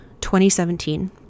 2017